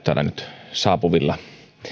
täällä nyt saapuvilla